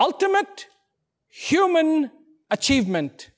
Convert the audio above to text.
ultimate human achievement